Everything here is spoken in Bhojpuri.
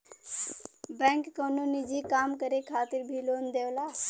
बैंक कउनो निजी काम करे खातिर भी लोन देवला